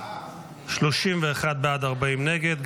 31 בעד, 40 נגד.